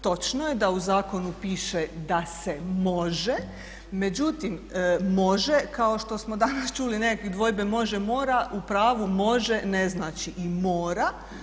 Točno je da u zakonu piše da se može, međutim može kao što danas čuli nekakve dvojbe, može, mora, u pravu može ne znači i mora.